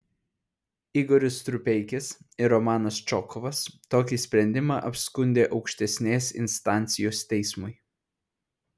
igoris strupeikis ir romanas čokovas tokį sprendimą apskundė aukštesnės instancijos teismui